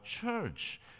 church